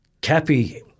Cappy